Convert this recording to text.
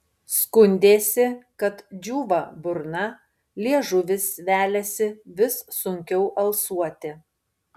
skundėsi kad džiūva burna liežuvis veliasi vis sunkiau alsuoti